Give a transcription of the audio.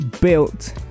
built